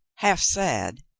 half sad,